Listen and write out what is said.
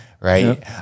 Right